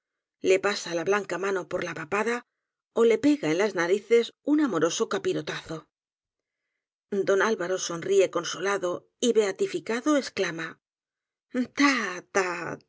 le pasa la blanca mano por la papada ó le pega en las narices un amoroso capirotazo don alvaro sonríe consolado y beatificado ex clama